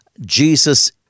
Jesus